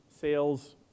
sales